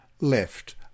left